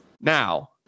Now